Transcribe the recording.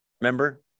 Remember